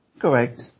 Correct